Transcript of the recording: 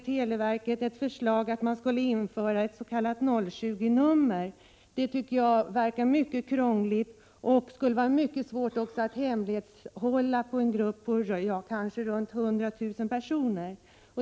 Televerkets förslag att införa ett s.k. 020-nummer tycker jag verkar vara mycket krångligt. Det skulle vara mycket svårt att hemlighålla numret inom en grupp som omfattar runt 100 000 personer.